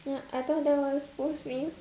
uh I thought that was post meal